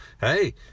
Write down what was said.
hey